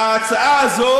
ההצעה הזאת